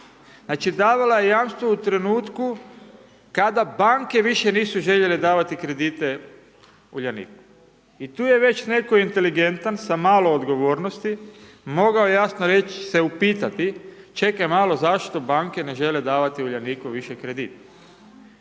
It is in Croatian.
znači davala je jamstva u trenutku kada banke više nisu željele davati kredite Uljaniku. I tu je već netko inteligentan sa malo odgovornosti mogao jasno reć se upitati, čekaj malo zašto banke ne žele davati Uljaniku više kredit,